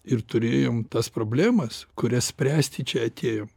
ir turėjom tas problemas kurias spręsti čia atėjom